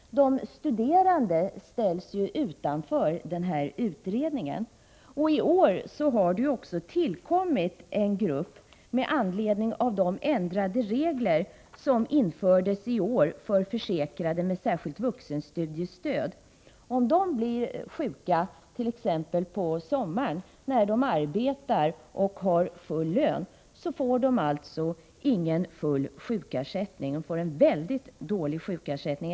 De studerande ställs ju utanför denna utredning. Nu har det också tillkommit en grupp med anledning av de ändrade regler som har införts i år för försäkrade med särskilt vuxenstudiestöd. Om de blir sjuka t.ex. på sommaren, när de arbetar och har full sysselsättning, får de alltså inte full sjukersättning utan en väldigt dålig ersättning.